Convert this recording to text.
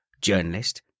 journalist